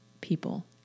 people